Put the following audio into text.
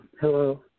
Hello